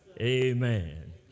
Amen